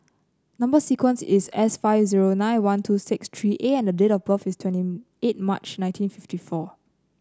number sequence is S five zero nine one two six three A and date of birth is twenty eight March nineteen fifty four